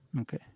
Okay